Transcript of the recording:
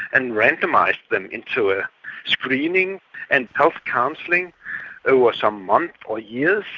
and randomise them into ah screening and health counselling over some months or years,